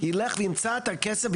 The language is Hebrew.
ילך וימצא את הכסף,